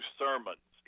sermons